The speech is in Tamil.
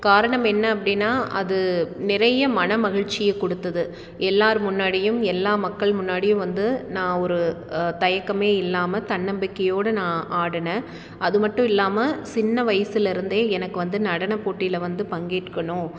காரணம் என்ன அப்படின்னா அது நிறைய மனமகிழ்ச்சியை கொடுத்துது எல்லாேர் முன்னாடியும் எல்லா மக்கள் முன்னாடியும் வந்து நான் ஒரு தயக்கமே இல்லாமல் தன்னம்பிக்கையோடு நான் ஆடினேன் அது மட்டும் இல்லாமல் சின்ன வயசுலிருந்தே எனக்கு வந்து நடன போட்டியில் வந்து பங்கேற்கணும்